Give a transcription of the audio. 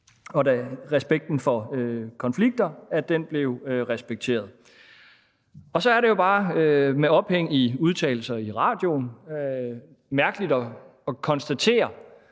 og respekten for konflikter blev respekteret. Så er det jo bare med ophæng i udtalelser i radioen mærkeligt at konstatere